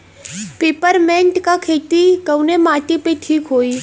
Peppermint के खेती कवने माटी पे ठीक होई?